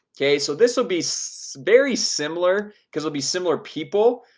okay, so this would be so very similar because it'll be similar people,